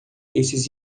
esses